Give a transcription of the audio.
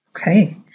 Okay